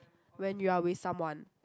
when you are with someone